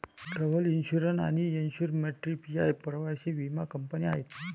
travel insurance आणि InsureMyTrip या प्रवासी विमा कंपन्या आहेत